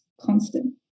constant